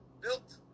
built